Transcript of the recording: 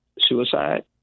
suicide